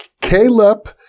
Caleb